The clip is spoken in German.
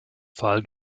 fall